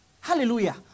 hallelujah